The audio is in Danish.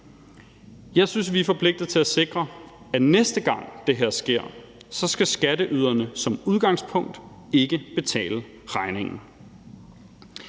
Jeg synes, vi er forpligtede til at sikre, at skatteyderne næste gang, det her sker, så som udgangspunkt ikke skal betale regningen.